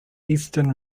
eastern